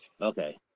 Okay